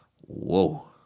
Whoa